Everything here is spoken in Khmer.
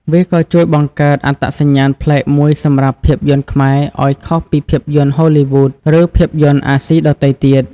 វាក៏ជួយបង្កើតអត្តសញ្ញាណប្លែកមួយសម្រាប់ភាពយន្តខ្មែរឲ្យខុសពីភាពយន្តហូលីវូដ ឬភាពយន្តអាស៊ីដទៃទៀត។